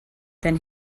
than